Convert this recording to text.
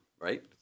right